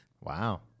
Wow